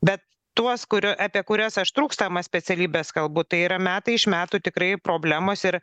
bet tuos kuriu apie kurias aš trūkstamas specialybes kalbu tai yra metai iš metų tikrai problemos ir